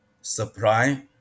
supply